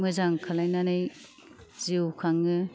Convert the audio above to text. मोजां खालायनानै जिउ खाङो